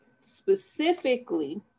specifically